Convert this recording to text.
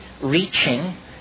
reaching